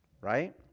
Right